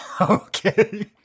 Okay